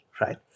right